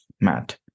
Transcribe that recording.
Matt